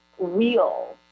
real